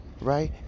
right